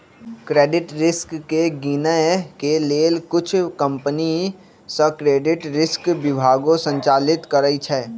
credit risk के गिनए के लेल कुछ कंपनि सऽ क्रेडिट रिस्क विभागो संचालित करइ छै